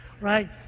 right